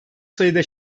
sayıda